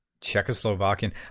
Czechoslovakian